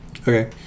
Okay